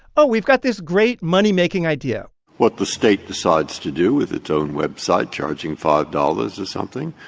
oh, we've got this great moneymaking idea what the state decides to do with its own website, charging five dollars or something,